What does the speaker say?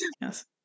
Yes